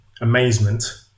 amazement